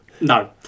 no